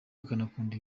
akanakunda